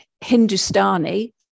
Hindustani